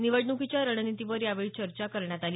निवडणुकीच्या रणनितीवर यावेळी चर्चा करण्यात आली